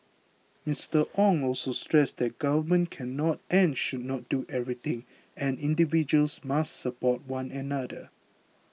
Mister Ong also stressed the Government cannot and should not do everything and individuals must support one another